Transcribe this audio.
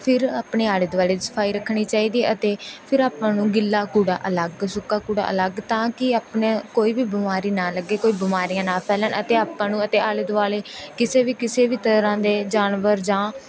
ਫਿਰ ਆਪਣੇ ਆਲੇ ਦੁਆਲੇ ਦੀ ਸਫਾਈ ਰੱਖਣੀ ਚਾਹੀਦੀ ਹੈ ਅਤੇ ਫਿਰ ਆਪਾਂ ਨੂੰ ਗਿੱਲਾ ਕੂੜਾ ਅਲੱਗ ਸੁੱਕਾ ਕੂੜਾ ਅਲੱਗ ਤਾਂ ਕਿ ਆਪਣੇ ਕੋਈ ਵੀ ਬਿਮਾਰੀ ਨਾ ਲੱਗੇ ਕੋਈ ਬਿਮਾਰੀਆਂ ਨਾ ਫੈਲਣ ਅਤੇ ਆਪਾਂ ਨੂੰ ਅਤੇ ਆਲੇ ਦੁਆਲੇ ਕਿਸੇ ਵੀ ਕਿਸੇ ਵੀ ਤਰ੍ਹਾਂ ਦੇ ਜਾਨਵਰ ਜਾਂ